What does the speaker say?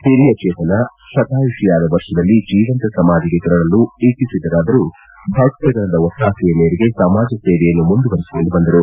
ಹಿರಿಯ ಚೇತನ ಶತಾಯುಷಿಯಾದ ವರ್ಷದಲ್ಲಿ ಜೀವಂತ ಸಮಾಧಿಗೆ ತೆರಳಲು ಇಚ್ವಿಸಿದ್ದರಾದರೂ ಭಕ್ತಗಣದ ಒತ್ತಾಸೆಯ ಮೇರೆಗೆ ಸಮಾಜ ಸೇವೆಯನ್ನು ಮುಂದುವರಿಸಿಕೊಂಡು ಬಂದರು